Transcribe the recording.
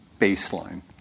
baseline